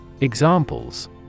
Examples